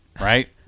right